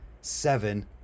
seven